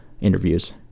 interviews